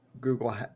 Google